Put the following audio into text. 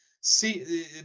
see